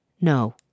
No